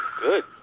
good